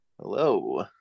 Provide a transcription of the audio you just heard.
Hello